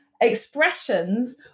expressions